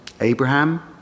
Abraham